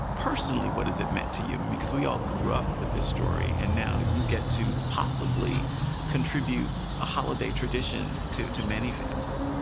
personally what has it meant to you? because we all grew up with this story, and now you get to possibly contribute a holiday tradition to to many families?